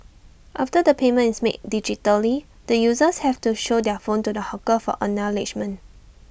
after the payment is made digitally the users have to show their phone to the hawker for acknowledgement